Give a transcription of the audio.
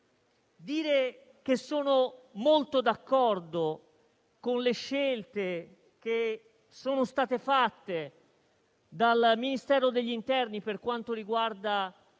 dire che sono molto d'accordo con le scelte che sono state fatte dal Ministero degli interni per quanto riguarda